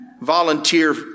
volunteer